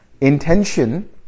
Intention